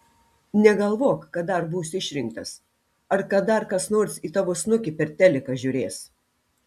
negalvok kad dar būsi išrinktas ar kad dar kas nors į tavo snukį per teliką žiūrės